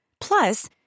Plus